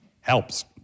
helps